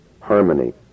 Harmony